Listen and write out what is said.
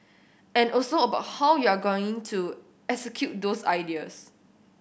and also about how you're going to execute those ideas